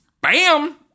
Bam